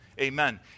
Amen